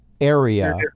area